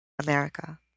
America